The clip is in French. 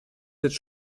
cette